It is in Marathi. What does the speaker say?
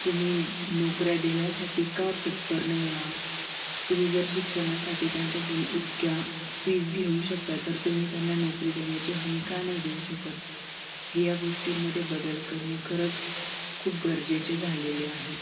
तुम्ही नोकऱ्या देण्यासाठी का तत्पर नाही आहात तुम्ही जर शिक्षणासाठी त्यांच्याकडून इतक्या फीज घेऊ शकता तर तुम्ही त्यांना नोकरी देण्याची हमी का नाही देऊ शकत हे या गोष्टींमध्ये बदल करणे खरंच खूप गरजेचे झालेले आहे